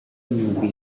movie